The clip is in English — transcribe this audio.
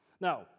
Now